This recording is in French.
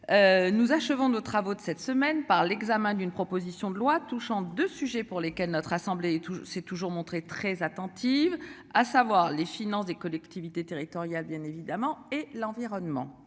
Nous achevons de travaux de cette semaine par l'examen d'une proposition de loi touchant de sujets pour lesquels notre assemblée et tout s'est toujours montrée très attentive, à savoir les finances des collectivités territoriales, bien évidemment et l'environnement.